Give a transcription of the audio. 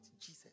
Jesus